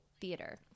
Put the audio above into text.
theater